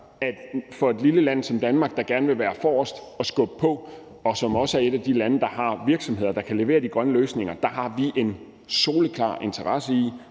at for et lille land som Danmark, der gerne vil gå forrest og skubbe på, og som også er et af de lande, der har virksomheder, der kan levere de grønne løsninger, er der en soleklar interesse i,